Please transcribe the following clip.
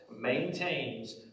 maintains